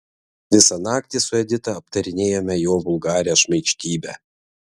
visą naktį su edita aptarinėjome jo vulgarią šmaikštybę